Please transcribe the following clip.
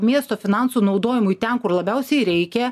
miesto finansų naudojimui ten kur labiausiai reikia